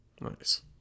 Nice